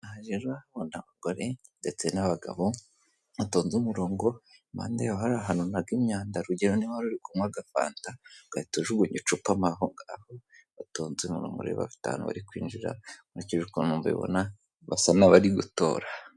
Aha rero ndahabona abagore ndetse n'abagabo, batonze umuronko, impande yaho hari ahantu unaga imyanda, urugero niba waruri kunywa agafanta ugahita ujugunya icupa mo aho ngaho batonze umurongo rero bafite ahantu bari kwinjira, nkurikije uko mbibona basa nk'aho bari gutora.